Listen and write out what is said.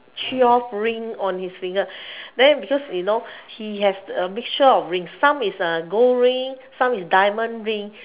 twelve ring on his finger then because you know he has a mixture of ring some is a gold ring some is diamond ring